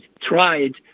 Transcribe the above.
tried